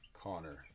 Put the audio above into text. Connor